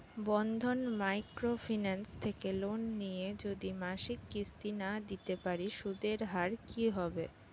বন্ধন micro finance থেকে loan নিয়ে যদি মাসিক কিস্তি না দিতে পারি সুদের হার কি হবে?